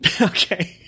Okay